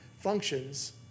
functions